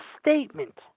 statement